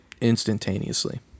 instantaneously